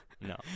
No